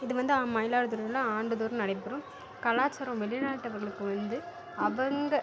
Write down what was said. இது வந்து ஆ மயிலாடுதுறையில் ஆண்டுதோறும் நடைபெறும் கலாச்சாரம் வெளிநாட்டவர்களுக்கு வந்து அவங்க